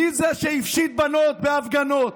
מי זה שהפשיט בנות בהפגנות?